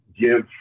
give